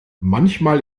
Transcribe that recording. manchmal